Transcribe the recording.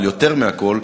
אבל יותר מהכול,